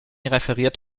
referiert